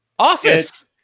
office